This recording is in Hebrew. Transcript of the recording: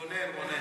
רונן.